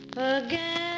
again